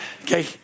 okay